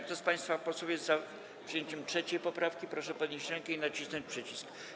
Kto z państwa posłów jest za przyjęciem 3. poprawki, proszę podnieść rękę i nacisnąć przycisk.